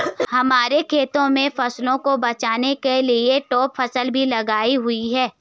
हमारे खेत में फसलों को बचाने के लिए ट्रैप फसल भी लगाई हुई है